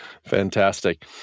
Fantastic